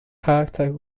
character